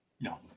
No